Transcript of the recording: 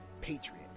patriot